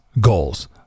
goals